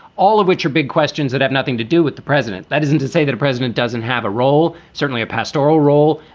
all of which are big questions that have nothing to do with the president. that isn't to say that the president doesn't have a role. certainly a pastoral role.